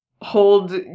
hold